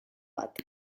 bat